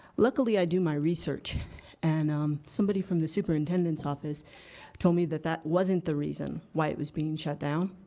luckily i do my research and um somebody from the superintendent's office told me that that wasn't the reason why it was being shut down,